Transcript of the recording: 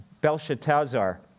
Belshazzar